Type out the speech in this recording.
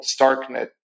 Starknet